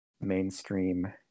mainstream